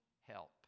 help